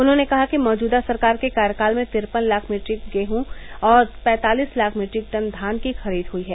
उन्होंने कहा कि मौजूदा सरकार के कार्यकाल में तिरपन लाख मीट्रिक गेहूँ और पैतालीस लाख मीट्रिक टन धान की खरीद हुई है